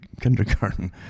kindergarten